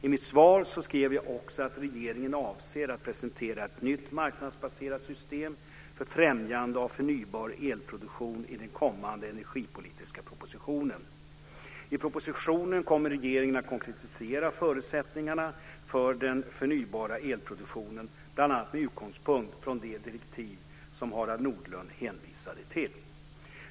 I mitt svar skrev jag också att regeringen avser att presentera ett nytt marknadsbaserat system för främjande av förnybar elproduktion i den kommande energipolitiska propositionen. I propositionen kommer regeringen att konkretisera förutsättningarna för den förnybara elproduktionen, bl.a. med utgångspunkt från det direktiv som Harald Nordlund hänvisade till.